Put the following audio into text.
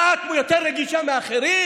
מה, את יותר רגישה מאחרים?